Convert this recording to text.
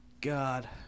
God